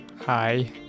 hi